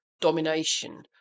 domination